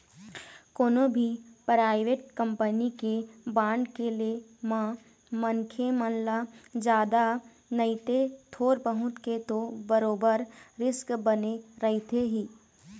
कोनो भी private company के बांड के ले म मनखे मन ल जादा नइते थोर बहुत के तो बरोबर रिस्क बने रहिथे ही